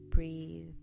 Breathe